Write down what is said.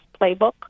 playbook